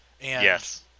Yes